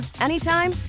anytime